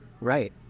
Right